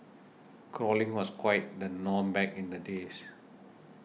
crawling was quite the norm back in the days